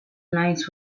lines